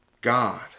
God